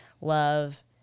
love